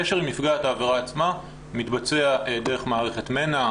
הקשר עם נפגעת העבירה עצמה מתבצע דרך מערכת מנע,